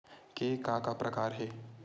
के का का प्रकार हे?